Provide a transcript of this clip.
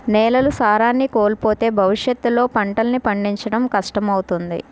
నేలలు సారాన్ని కోల్పోతే భవిష్యత్తులో పంటల్ని పండించడం కష్టమవుతుంది